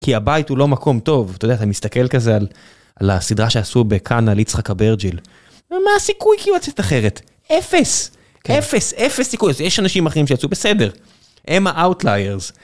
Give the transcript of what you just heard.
כי הבית הוא לא מקום טוב, אתה יודע, אתה מסתכל כזה על הסדרה שעשו בקאנה על יצחק אברג'יל. ומה הסיכוי כאילו לצאת אחרת? אפס. אפס, אפס סיכוי. יש אנשים אחרים שיצאו בסדר. הם האוטליירס.